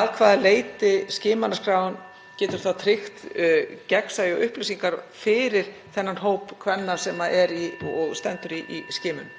að hvaða leyti skimunarskráin getur þá tryggt gegnsæjar upplýsingar fyrir þennan hóp kvenna sem stendur í skimunum.